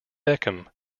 beckham